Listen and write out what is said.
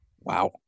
Wow